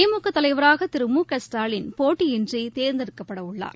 திமுக தலைவராக திரு மு க ஸ்டாலின் போட்டியின்றி தேர்ந்தெடுக்கப்படவுள்ளார்